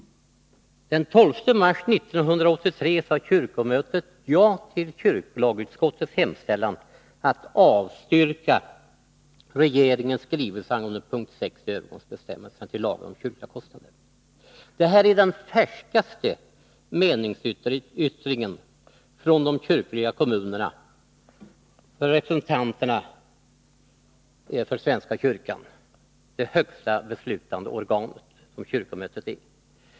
Den 12 mars 1983 sade kyrkomötet ja till kyrklagsutskottets hemställan att avstyrka regeringens skrivelse angående p.6 i övergångsbestämmelserna till lag om kyrkliga kostnader. Detta är den färskaste meningsyttringen från de kyrkliga kommunerna, från representanterna för svenska kyrkan, det högsta beslutande organet som kyrkomötet är.